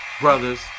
brothers